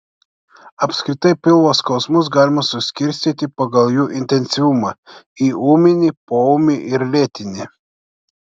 apskritai pilvo skausmus galima suskirstyti pagal jų intensyvumą į ūminį poūmį ir lėtinį